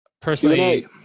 personally